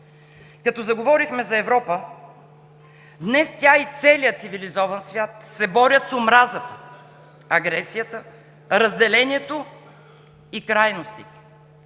Като заговорихме за Европа, днес тя и целият цивилизован свят се борят с омразата, агресията, разделението и крайностите.